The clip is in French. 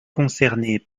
concernés